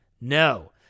No